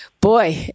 Boy